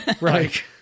Right